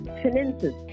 finances